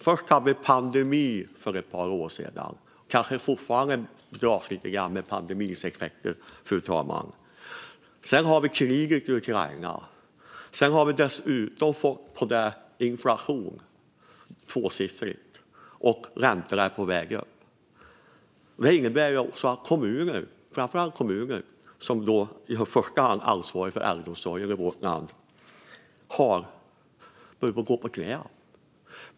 Först kom pandemin för ett par år sedan. Vi kanske fortfarande dras lite grann med pandemins effekter, fru talman. Sedan kom kriget i Ukraina. Nu har vi dessutom fått inflation, tvåsiffrig, och räntorna är på väg upp. Det här innebär att framför allt kommunerna, som i första hand ansvarar för äldreomsorgen i vårt land, börjar gå på knäna.